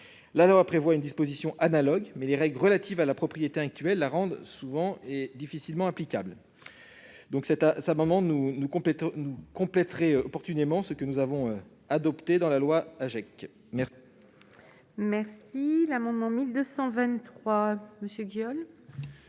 La loi prévoit une disposition analogue, mais les règles relatives à la propriété actuelle la rendent souvent difficilement applicable. Cet amendement, s'il était voté, compléterait opportunément ce que nous avons adopté dans la loi AGEC.